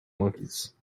monkeys